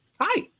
Hi